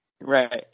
Right